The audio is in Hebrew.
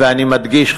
ואני מדגיש,